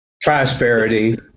prosperity